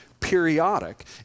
periodic